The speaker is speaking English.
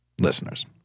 listeners